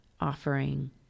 offering